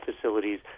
facilities